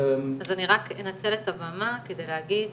אז אני רק אנצל את הבמה כדי להגיד